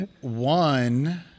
one